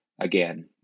Again